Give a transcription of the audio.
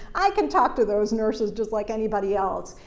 i can talk to those nurses just like anybody else.